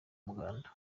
umuganda